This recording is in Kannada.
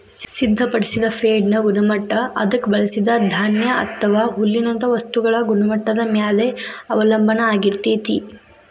ಸಿದ್ಧಪಡಿಸಿದ ಫೇಡ್ನ ಗುಣಮಟ್ಟ ಅದಕ್ಕ ಬಳಸಿದ ಧಾನ್ಯ ಅಥವಾ ಹುಲ್ಲಿನಂತ ವಸ್ತುಗಳ ಗುಣಮಟ್ಟದ ಮ್ಯಾಲೆ ಅವಲಂಬನ ಆಗಿರ್ತೇತಿ